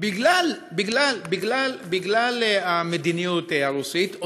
בגלל המדיניות הרוסית,